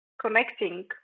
connecting